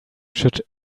should